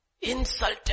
insulted